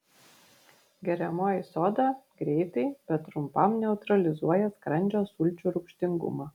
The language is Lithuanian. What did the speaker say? geriamoji soda greitai bet trumpam neutralizuoja skrandžio sulčių rūgštingumą